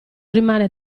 rimane